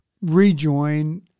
rejoin